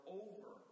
over